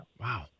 Wow